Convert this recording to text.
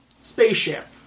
spaceship